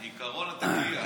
עקרון התקִיה,